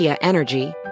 Energy